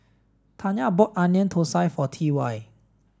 Tanya bought onion Thosai for T Y